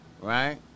right